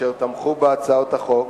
אשר תמכו בהצעת החוק.